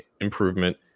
improvement